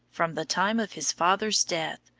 from the time of his father's death,